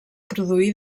produir